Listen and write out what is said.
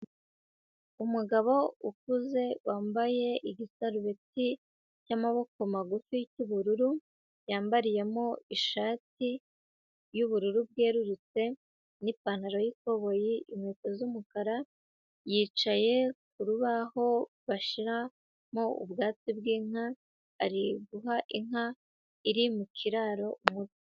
Umugabo ukuze wambaye igisarubeti cy'amaboko magufi cy'ubururu, yambariyemo ishati y'ubururu bwerurutse, n'ipantaro y'ikoboyi, inkweto z'umukara, yicaye ku rubaho bashyiramo ubwatsi bw'inka, ari guha inka iri mu kiraro umuti.